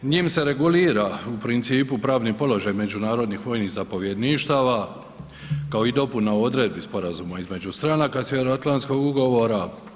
Njim se regulira u principu pravni položaj međunarodnih vojnih zapovjedništava kao i dopuna odredbi sporazuma između stranaka Sjeveroatlanskog ugovora.